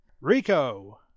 Rico